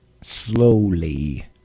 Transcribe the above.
slowly